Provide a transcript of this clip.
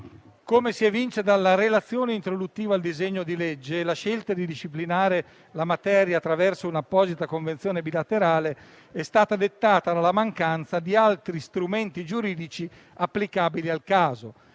Come si evince dalla relazione introduttiva al disegno di legge, la scelta di disciplinare la materia attraverso un'apposita convenzione bilaterale è stata dettata dalla mancanza di altri strumenti giuridici applicabili al caso,